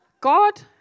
God